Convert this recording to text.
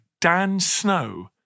DANSNOW